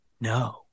no